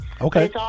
Okay